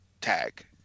tag